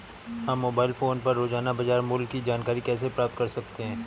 हम mobile phone पर रोजाना बाजार मूल्य की जानकारी कैसे प्राप्त कर सकते हैं?